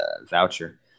voucher